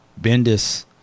bendis